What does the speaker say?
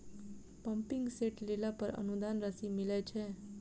Pumping set लेला पर अनुदान राशि मिलय छैय?